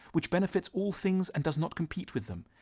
which benefits all things and does not compete with them.